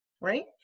right